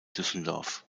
düsseldorf